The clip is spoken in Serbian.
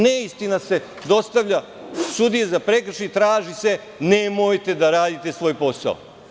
Neistina se dostavlja sudiji za prekršaje i traži se – nemojte da radite svoj posao.